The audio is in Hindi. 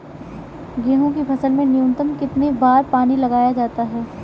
गेहूँ की फसल में न्यूनतम कितने बार पानी लगाया जाता है?